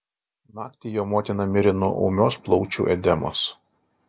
naktį jo motina mirė nuo ūmios plaučių edemos